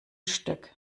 stück